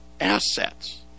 assets